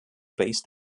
based